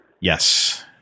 yes